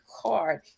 card